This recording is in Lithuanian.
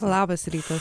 labas rytas